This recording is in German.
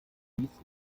dies